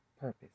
purpose